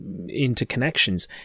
interconnections